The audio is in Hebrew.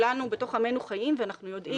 וכולנו בתוך עמנו חיים ואנחנו יודעים